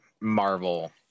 marvel